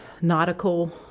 nautical